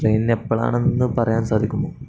ട്രെയിനനെ എപ്പോഴാണെന്ന് പറയാൻ സാധിക്കുമോ